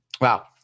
Wow